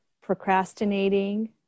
procrastinating